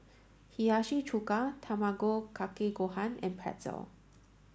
Hiyashi Chuka Tamago Kake Gohan and Pretzel